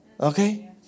Okay